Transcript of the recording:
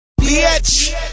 Bitch